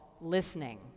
listening